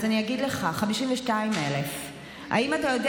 אז אני אגיד לך: 52,000. האם אתה יודע